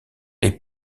les